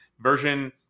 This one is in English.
version